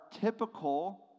typical